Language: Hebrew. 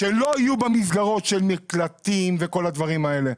שלא יהיו במסגרות של מקלטים וכל הדברים האלה.